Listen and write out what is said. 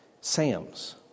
Sam's